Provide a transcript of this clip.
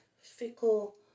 fickle